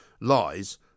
lies